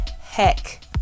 heck